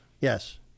Yes